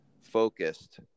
focused